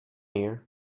ear